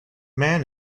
man